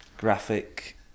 Graphic